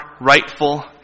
rightful